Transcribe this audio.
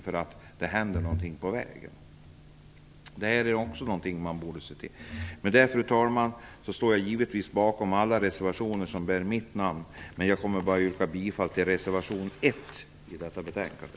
Detta är också något som borde ses över. Fru talman! Jag står givetvis bakom alla de reservationer som jag har undertecknat, men jag kommer bara att yrka bifall till reservation 1 i detta betänkande.